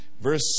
Verse